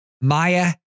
Maya